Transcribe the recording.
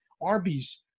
Arby's